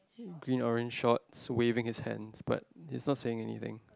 green orange shorts waving his hands but is not saying anything